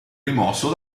rimosso